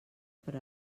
per